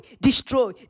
Destroy